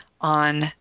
on